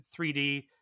3d